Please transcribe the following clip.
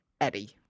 eddie